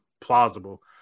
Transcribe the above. plausible